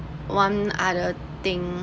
one other thing